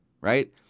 right